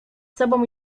sobą